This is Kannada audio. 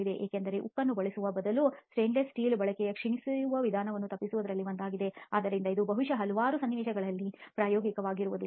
ಉದಾಹರಣೆಗೆ ಉಕ್ಕನ್ನು ಬಲಪಡಿಸುವ ಬದಲು ಸ್ಟೇನ್ಲೆಸ್ ಸ್ಟೀಲ್ ಬಳಕೆಯು ಕ್ಷೀಣಿಸುವ ವಿಧಾನಗಳನ್ನು ತಪ್ಪಿಸುವುದರಲ್ಲಿ ಒಂದಾಗಿದೆ ಆದರೆ ಇದು ಬಹುಶಃ ಹಲವಾರು ಸನ್ನಿವೇಶಗಳಲ್ಲಿ ಪ್ರಾಯೋಗಿಕವಾಗಿರುವುದಿಲ್ಲ